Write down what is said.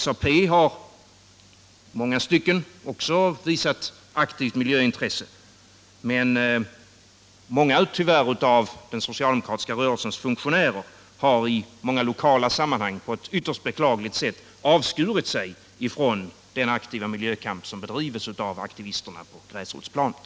SAP har i många stycken också visat aktivt miljöintresse, men tyvärr har många av den socialdemokratiska rörelsens funktionärer i lokala sammanhang på ett ytterst beklagligt sätt avskurit sig från den aktiva miljökamp som bedrivs av aktivisterna på gräsrotsplanet.